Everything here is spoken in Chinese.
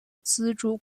资助